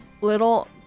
Little